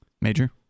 major